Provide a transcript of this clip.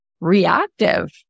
reactive